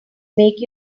make